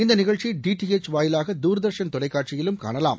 இந்த நிகழ்ச்சி டிடிஹெச் வாயிலாக தூர்தர்ஷன் தொலைக்காட்சியிலும் காணலாம்